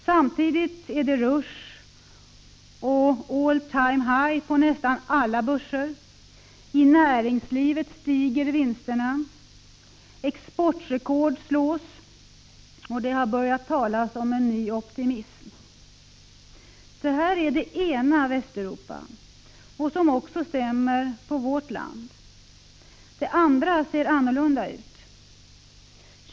Samtidigt är det rusch och all-time-high på nästan alla börser, i näringslivet stiger vinsterna, exportrekord slås och det har börjat talas om ”en ny optimism”.” Detta är det ena Västeuropa, en bild som också stämmer när det gäller vårt land. Det andra Västeuropa ser annorlunda ut.